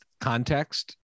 context